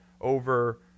over